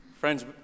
Friends